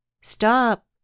Stop